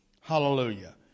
Hallelujah